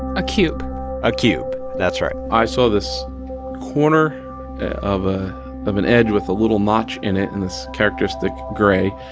a cube a cube that's right i saw this corner of ah of an edge with a little notch in it in this characteristic gray.